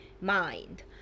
mind